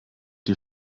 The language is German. die